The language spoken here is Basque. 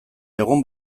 egun